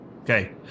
Okay